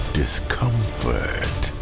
discomfort